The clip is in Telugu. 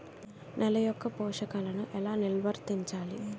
నెల యెక్క పోషకాలను ఎలా నిల్వర్తించాలి